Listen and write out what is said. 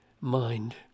mind